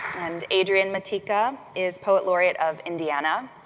and adrian matejka is poet laureate of indiana.